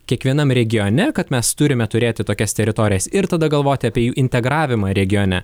kiekvienam regione kad mes turime turėti tokias teritorijas ir tada galvoti apie jų integravimą regione